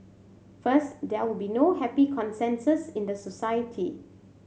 first there will be no happy consensus in the society